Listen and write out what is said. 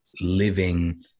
living